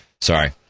Sorry